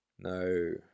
No